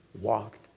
Walked